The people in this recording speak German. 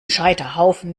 scheiterhaufen